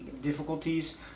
difficulties